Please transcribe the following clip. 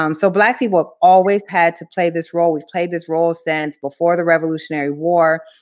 um so black people have always had to play this role. we've played this role since before the revolutionary war.